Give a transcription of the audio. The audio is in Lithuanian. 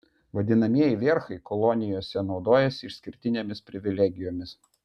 vadinamieji vierchai kolonijose naudojasi išskirtinėmis privilegijomis